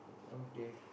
okay